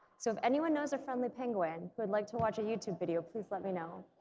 so if anyone knows a friendly penguin would like to watch a youtube video, please let me know.